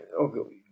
Okay